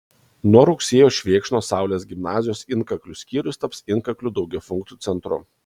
nuo rugsėjo švėkšnos saulės gimnazijos inkaklių skyrius taps inkaklių daugiafunkciu centru